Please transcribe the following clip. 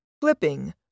flipping